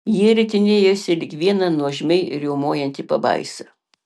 jie ritinėjosi lyg viena nuožmiai riaumojanti pabaisa